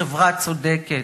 חברה צודקת,